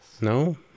No